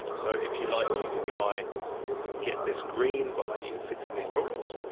so if you'd like, you can try and get this green by fixing these problems.